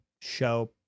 show